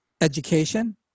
education